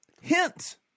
Hint